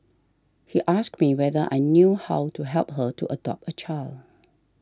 he asked me whether I knew how to help her to adopt a child